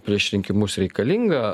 prieš rinkimus reikalinga